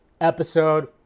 episode